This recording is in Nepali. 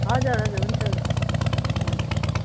हजुर हजुर हुन्छ हुन्छ भन